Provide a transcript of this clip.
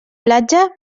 platja